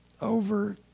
over